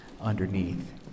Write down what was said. underneath